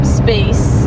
space